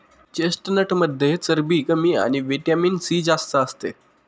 चेस्टनटमध्ये चरबी कमी आणि व्हिटॅमिन सी जास्त असते